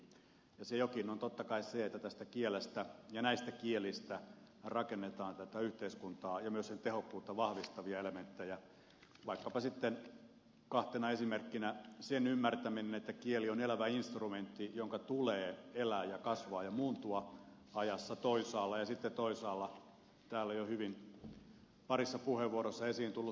ja se jokin on totta kai se että tästä kielestä ja näistä kielistä rakennetaan tätä yhteiskuntaa ja myös sen tehokkuutta vahvistavia elementtejä vaikkapa sitten kahtena esimerkkinä sen ymmärtäminen että kieli on elävä instrumentti jonka tulee elää ja kasvaa ja muuntua ajassa toisaalla ja sitten toisaalla täällä jo hyvin parissa puheenvuorossa esiin tullut selkokielisyys